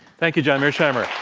thank you, john mearsheimer.